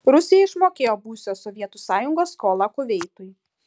rusija išmokėjo buvusios sovietų sąjungos skolą kuveitui